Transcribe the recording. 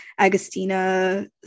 Agostina